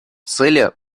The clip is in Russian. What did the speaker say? цели